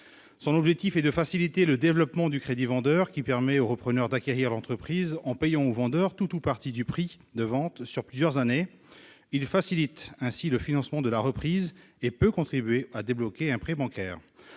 Son objectif est de faciliter le développement du crédit vendeur qui permet au repreneur d'acquérir l'entreprise en payant au vendeur tout ou partie du prix de vente sur plusieurs années. Il facilite ainsi le financement de la reprise et peut contribuer à débloquer un prêt bancaire.